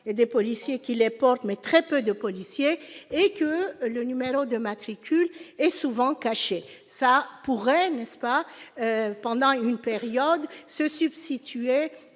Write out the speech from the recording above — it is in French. a des policiers qui l'époque mais très peu de policiers et que le numéro de matricule et souvent cachés, ça pourrait n'-ce pas pendant une période se substituer